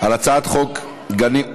על הצעת חוק גנים לאומיים,